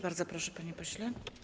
Bardzo proszę, panie pośle.